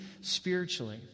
spiritually